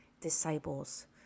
disciples